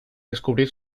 descubrir